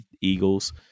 Eagles